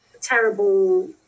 terrible